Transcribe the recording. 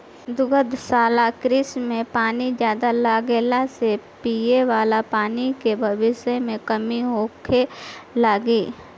दुग्धशाला कृषि में पानी ज्यादा लगला से पिये वाला पानी के भविष्य में कमी होखे लागि